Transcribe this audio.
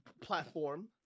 platform